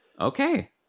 okay